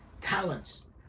talents